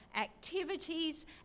activities